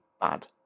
bad